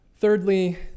Thirdly